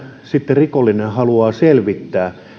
sitten rikollinen on halunnut selvittää